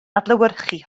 adlewyrchu